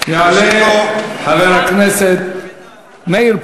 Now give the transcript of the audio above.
יעלה חבר הכנסת מאיר פרוש.